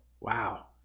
wow